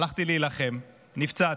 הלכתי להילחם, נפצעתי,